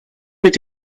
mit